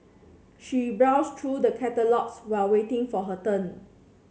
she browsed through the catalogues while waiting for her turn